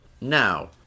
Now